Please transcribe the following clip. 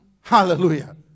Hallelujah